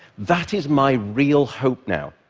that is my real hope now.